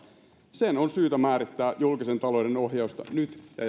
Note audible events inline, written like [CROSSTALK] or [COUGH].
sen on syytä määrittää julkisen talouden ohjausta nyt ja [UNINTELLIGIBLE]